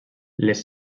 les